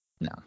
No